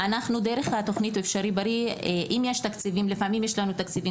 בתכנית "אפשרי בריא" לפעמים יש לנו תקציבים